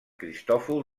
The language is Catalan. cristòfol